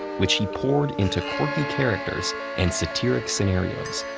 which he poured into quirky characters and satiric scenarios.